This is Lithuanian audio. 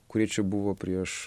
kurie čia buvo prieš